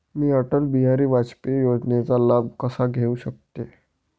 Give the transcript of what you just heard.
मी अटल बिहारी वाजपेयी योजनेचा लाभ कसा घेऊ शकते?